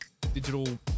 Digital